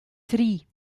tri